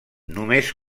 només